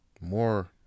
more